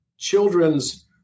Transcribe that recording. Children's